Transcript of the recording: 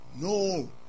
no